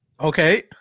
Okay